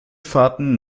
fahrten